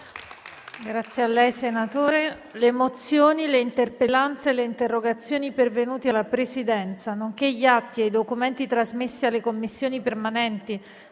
una nuova finestra"). Le mozioni, le interpellanze e le interrogazioni pervenute alla Presidenza, nonché gli atti e i documenti trasmessi alle Commissioni permanenti